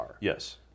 Yes